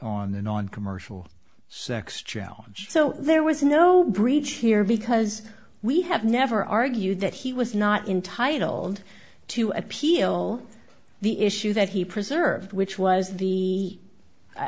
on an on commercial sex challenge so there was no breach here because we have never argued that he was not intitled to appeal the issue that he preserved which was the